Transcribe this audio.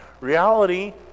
reality